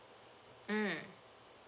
mm